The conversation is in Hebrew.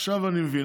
עכשיו אני מבין.